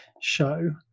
show